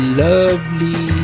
lovely